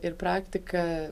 ir praktiką